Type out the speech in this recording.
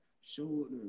Shoulder